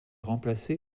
remplacé